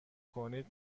کنید